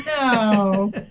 no